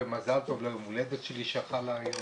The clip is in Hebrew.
ובלבד שיש לו תעודת לידה מאומתת שאפשר לראות שזה הילד של האזרח.